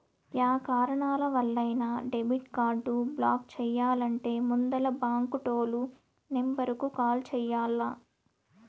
yeah కారణాలవల్లైనా debit card block చెయ్యాలంటే ముందల బాంకు టోల్ నెంబరుకు కాల్ చెయ్యాల్ల